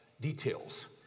details